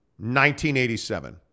1987